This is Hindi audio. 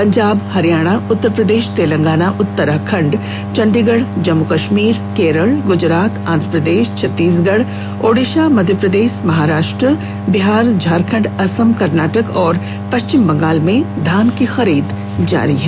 पंजाब हरियाणा उत्तर प्रदेश तेलंगाना उत्तराखंड चंडीगढ़ जम्मू कश्मीर केरल गुजरात आंध्रप्रदेश छत्तीसगढ़ ओड़िसा मध्यप्रदेश महाराष्ट्र बिहार झारखंड असम कर्नाटक और पश्चिम बंगाल में धान की खरीद जारी है